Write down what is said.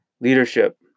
leadership